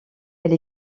elle